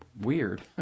weird